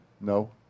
No